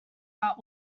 are